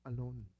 Alone